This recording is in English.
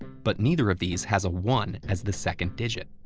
but neither of these has a one as the second digit.